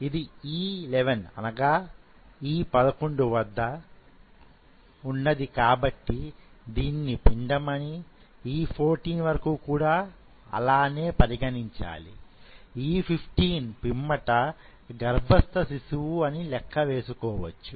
ఇది E11 వద్ద ఉన్నది కాబట్టి దీనిని పిండం అని E14 వరకు కూడా అలానే పరిగణించాలి E15 పిమ్మట గర్భస్థ శిశువు అని లెక్క వేసుకోవచ్చు